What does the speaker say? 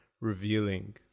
revealing